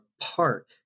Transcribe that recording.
park